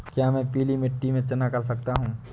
क्या मैं पीली मिट्टी में चना कर सकता हूँ?